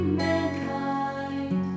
mankind